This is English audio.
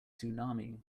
tsunami